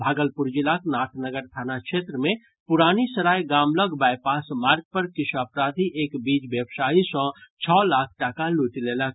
भागलपुर जिलाक नाथनगर थाना क्षेत्र मे पुरानी सराय गाम लऽग बाईपास मार्ग पर किछु अपराधी एक बीज व्यवसायी सॅ छओ लाख टाका लूटि लेलक